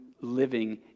living